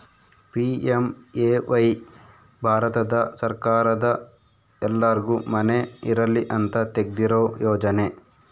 PMAY Bharat ಸರ್ಕಾರದ ಎಲ್ಲರ್ಗು ಮನೆ ಇರಲಿ ಅಂತ ತೆಗ್ದಿರೊ ಯೋಜನೆ